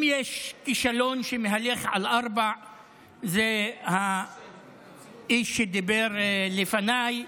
אם יש כישלון שמהלך על ארבע זה האיש שדיבר לפניי,